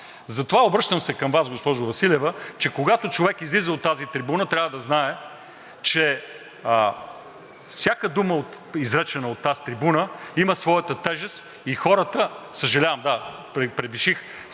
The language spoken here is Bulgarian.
Затова, обръщам се към Вас, госпожо Василева – когато човек излиза на тази трибуна, трябва да знае, че всяка дума, изречена от тази трибуна, има своята тежест и хората… Съжалявам, да, превиших.